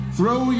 Throw